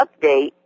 update